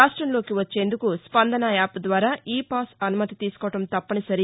రాష్టంలోకి వచ్చేందుకు స్పందన యాప్ ద్వారా e pass అనుమతి తీసుకోవడం తప్పనిసరి